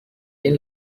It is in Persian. این